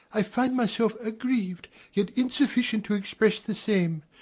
i find myself agriev'd yet insufficient to express the same,